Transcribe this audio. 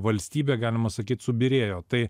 valstybė galima sakyt subyrėjo tai